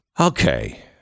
okay